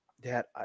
Dad